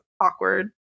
awkward